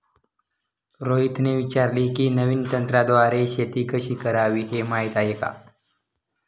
रोहितने विचारले की, नवीन तंत्राद्वारे शेती कशी करावी, हे माहीत आहे का?